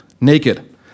naked